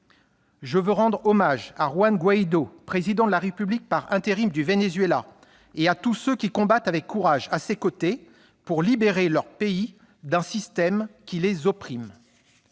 Je veux rendre hommage à Juan Guaido, Président de la République par intérim du Venezuela, et à tous ceux qui combattent avec courage à ses côtés pour libérer leur pays d'un système oppresseur.